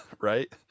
right